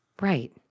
Right